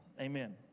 Amen